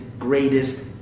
greatest